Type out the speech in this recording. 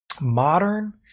Modern